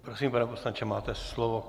Prosím, pane poslanče, máte slovo.